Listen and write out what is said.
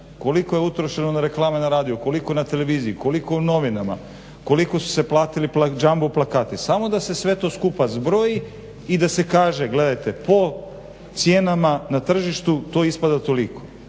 koliko je utrošeno na reklame na radiju, koliko na televiziji, koliko u novinama, koliko su se platili jumbo plakati. Samo da se sve to skupa zbroji i da se kaže gledajte po cijenama na tržištu to ispada toliko.